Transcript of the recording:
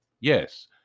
Yes